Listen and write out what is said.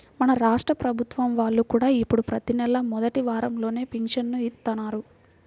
మన రాష్ట్ర ప్రభుత్వం వాళ్ళు కూడా ఇప్పుడు ప్రతి నెలా మొదటి వారంలోనే పింఛను ఇత్తన్నారు